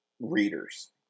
readers